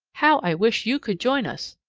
how i wish you could join us!